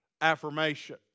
affirmation